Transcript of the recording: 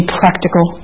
practical